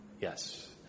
yes